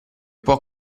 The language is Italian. può